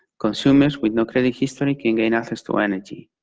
consumers with no credit history can gain access to energy.